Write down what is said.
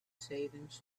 savings